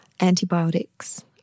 antibiotics